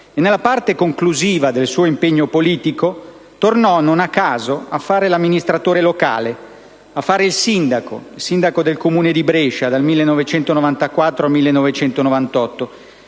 nella parte conclusiva del suo impegno politico, tornò, non a caso, a fare l'amministratore locale, a fare il sindaco del Comune di Brescia, dal 1994 al 1998.